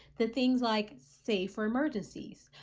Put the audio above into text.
the things like save for emergencies,